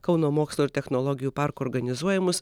kauno mokslo ir technologijų parko organizuojamus